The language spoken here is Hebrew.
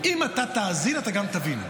אם אתה תאזין, אתה גם תבין.